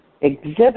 exhibit